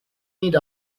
need